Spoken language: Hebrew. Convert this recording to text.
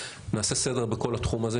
נעשה סדר בכל התחום הזה,